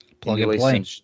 plug-and-play